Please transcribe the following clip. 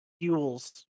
fuels